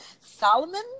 Solomon